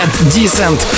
Decent